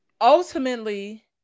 ultimately